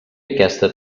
aquesta